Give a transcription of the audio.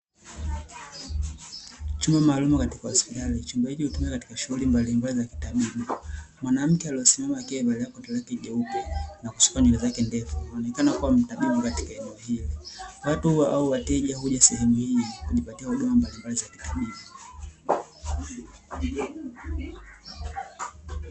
Chumba maalumu katika hospitali ,chumba hicho hutumika katika shughuli mbalimbali za kitabibu ,mwanamke aliesimama mbele akiwa amevalia koti jeupe na kusuka nywele zake ndefu akionekana kuwa mtabibu katika eneo hilo, watu au wateja huja sehemu hii kujipatia huduma mbalimbali za kitabibu.